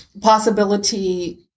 Possibility